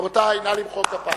רבותי, נא למחוא כפיים.